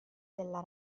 della